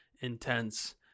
intense